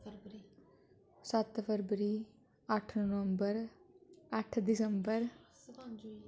सत्त फरबरी अट्ठ नवंबर अट्ठ दिसंबर